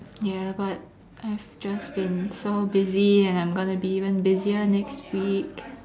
ya but I have just been so busy and I'm gonna be even busier next week